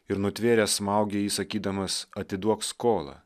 ir nutvėręs smaugė jį sakydamas atiduok skolą